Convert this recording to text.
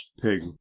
pig